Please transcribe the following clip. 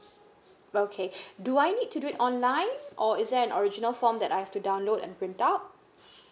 okay do I need to do it online or is there an original form that I've to download and print out